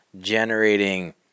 generating